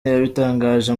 yabitangaje